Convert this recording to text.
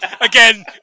again